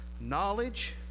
knowledge